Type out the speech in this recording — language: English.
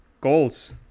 goals